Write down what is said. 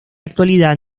actualidad